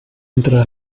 entra